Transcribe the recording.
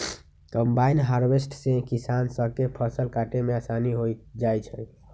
combine harvester से किसान स के फसल काटे में आसानी हो जाई छई